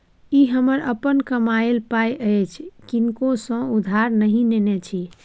ई हमर अपन कमायल पाय अछि किनको सँ उधार नहि नेने छी